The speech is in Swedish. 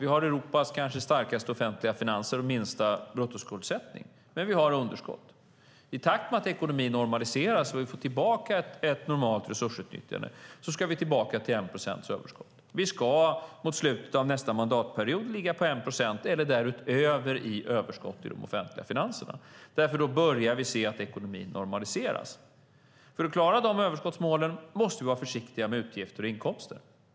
Vi har Europas kanske starkaste offentliga finanser och minsta bruttoskuldsättning, men vi har underskott. I takt med att ekonomin normaliseras och vi får tillbaka ett normalt resursutnyttjande ska vi tillbaka till 1 procents överskott. Vi ska mot slutet av nästa mandatperiod ligga på 1 procent eller därutöver i överskott i de offentliga finanserna, för då börjar vi se att ekonomin normaliseras. För att klara de överskottsmålen måste vi vara försiktiga med utgifter och inkomster.